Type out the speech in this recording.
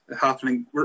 happening